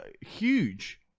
huge